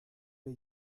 wir